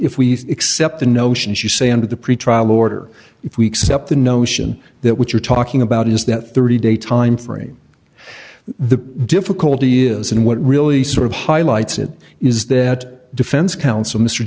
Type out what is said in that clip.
if we accept the notion as you say under the pretrial order if we accept the notion that what you're talking about is that thirty day timeframe the difficulty is and what really sort of highlights it is that defense counsel m